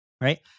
right